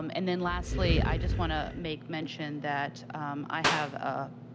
um and then lastly i just wanted to make mention that i have a